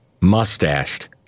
mustached